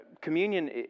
Communion